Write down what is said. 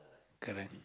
correct